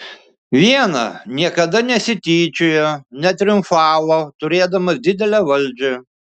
viena niekada nesityčiojo netriumfavo turėdamas didelę valdžią